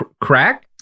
crack